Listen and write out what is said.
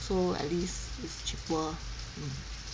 so so at least it's cheaper mm